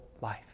life